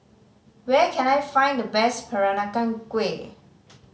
where can I find the best Peranakan Kueh